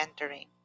entering